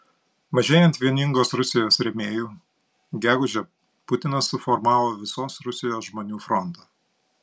mažėjant vieningos rusijos rėmėjų gegužę putinas suformavo visos rusijos žmonių frontą